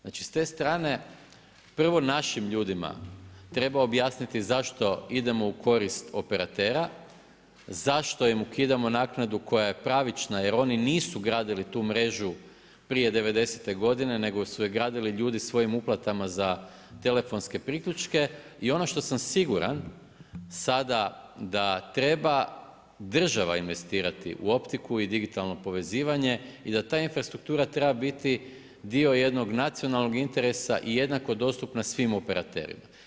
Znači s te strane prvo našim ljudima treba objasniti zašto idemo u korist operatera, zašto im ukidamo naknadu koja je pravična jer oni nisu gradili tu mrežu prije devedesete godine nego su je gradili ljudi svojim uplatama za telefonske priključke i ono što sam siguran sada da treba država investirati u optiku i digitalno povezivanje, i da ta infrastruktura treba biti dio jednog nacionalnog interesa i jednako dostupna svim operaterima.